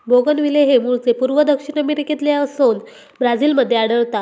bougainvillea हे मूळचे पूर्व दक्षिण अमेरिकेतले असोन ब्राझील मध्ये आढळता